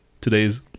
Today's